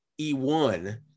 E1